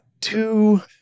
Two